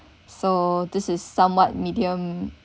so this is somewhat medium